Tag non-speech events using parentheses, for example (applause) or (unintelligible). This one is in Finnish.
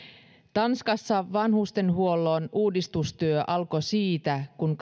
tanskassa vanhustenhuollon uudistustyö alkoi siitä kun (unintelligible)